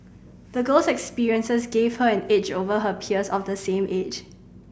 the girl's experiences gave her an edge over her peers of the same age